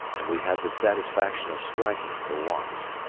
and we had the satisfaction of striking her once,